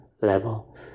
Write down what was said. level